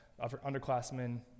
underclassmen